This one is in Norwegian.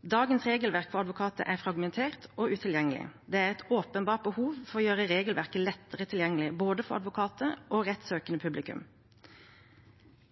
Dagens regelverk for advokater er fragmentert og utilgjengelig. Det er et åpenbart behov for å gjøre regelverket lettere tilgjengelig for både advokater og rettssøkende publikum.